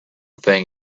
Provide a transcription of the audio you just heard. thing